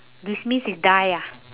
demise is die ah